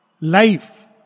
Life